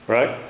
Right